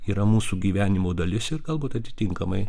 yra mūsų gyvenimo dalis ir galbūt atitinkamai